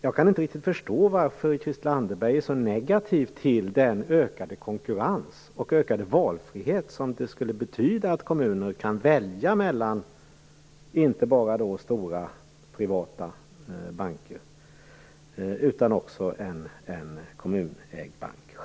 Jag kan inte riktigt förstå varför Christel Anderberg är så negativ till den ökade konkurrens och den ökade valfrihet som det skulle betyda att kommuner kan välja inte bara mellan stora, privata banker utan också kan välja en kommunägd bank.